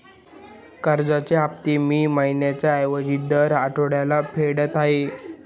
कर्जाचे हफ्ते मी महिन्या ऐवजी दर आठवड्याला फेडत आहे